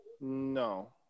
No